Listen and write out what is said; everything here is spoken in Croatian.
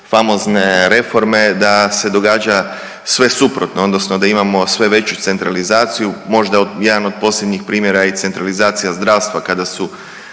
famozne reforme da se događa sve suprotno odnosno da imamo sve veću centralizaciju, možda jedan od posljednjih primjera je i centralizacija zdravstva kada su